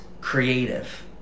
creative